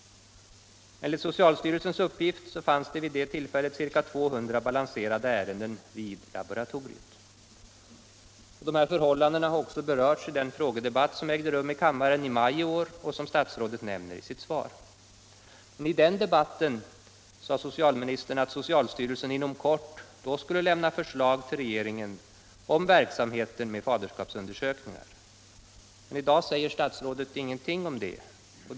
Enligt socialstyrelsens uppgift fanns vid det tillfället ca 200 balanserande ärenden vid laboratoriet. Dessa förhållanden berördes också i den frågedebatt som ägde rum i kammaren i maj i år och som statsrådet nämner i sitt svar. I den debatten sade socialministern att socialstyrelsen då inom kort skulle lämna förslag till regeringen om verksamheten med faderskapsundersökningar. Men i dag säger statsrådet ingenting härom.